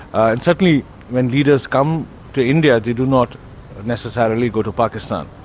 and certainly when leaders come to india, they do not necessarily go to pakistan.